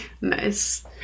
Nice